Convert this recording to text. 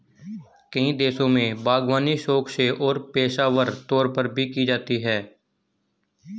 कई देशों में बागवानी शौक से और पेशेवर तौर पर भी की जाती है